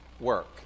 work